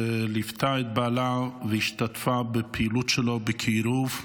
שליוותה את בעלה והשתתפה בפעילות שלו בקירוב,